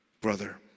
brother